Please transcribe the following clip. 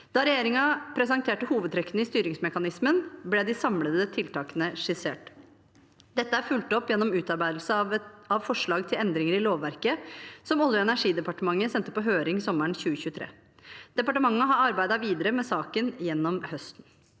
Da regjeringen presenterte hovedtrekkene i styringsmekanismen, ble de samlede tiltakene skissert. Dette er fulgt opp gjennom utarbeidelse av forslag til endringer i lovverket, som Olje- og energidepartementet sendte på høring sommeren 2023. Departementet har arbeidet videre med saken gjennom høsten.